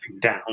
down